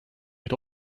had